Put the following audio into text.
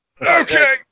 Okay